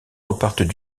repartent